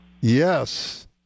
Yes